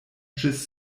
ĝis